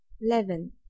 Eleven